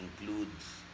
includes